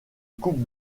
coupe